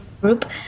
group